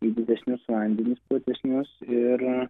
į didesnius vandenis platesnius ir